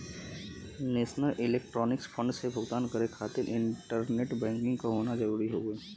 national electronics fund से भुगतान करे खातिर इंटरनेट बैंकिंग क होना जरुरी हउवे